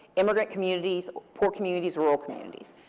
immigrant communities, poor communities, rural communities.